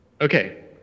Okay